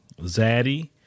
zaddy